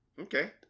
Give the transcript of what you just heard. Okay